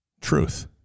truth